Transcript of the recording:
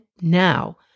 now